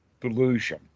delusion